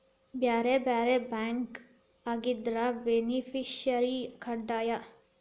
ಬ್ಯಾರೆ ಬ್ಯಾರೆ ಬ್ಯಾಂಕ್ ಆಗಿದ್ರ ಬೆನಿಫಿಸಿಯರ ಕಡ್ಡಾಯ